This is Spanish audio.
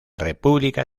república